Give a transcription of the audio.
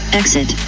exit